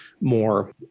more